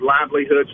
livelihoods